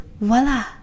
voila